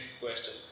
question